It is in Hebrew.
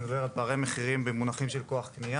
אני מדבר על פערי מחירים במונחים של כוח קנייה.